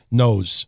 knows